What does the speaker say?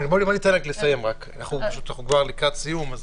בוא ניתן לה רק לסיים, פשוט אנחנו כבר לקראת סיום.